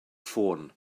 ffôn